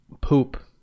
poop